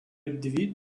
dvi